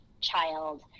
child